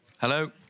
hello